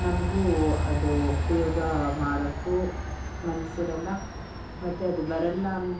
ನಮಗೂ ಅದು ಉಪಯೋಗ ಮಾಡಕ್ಕೂ ಮನ್ಸಿರಲ್ಲ ಮತ್ತು ಅದು ಬರಲ್ಲ ಅಂತ